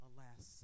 Alas